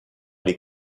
les